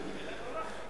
אין להם ברירה.